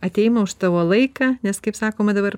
atėjimą už tavo laiką nes kaip sakoma dabar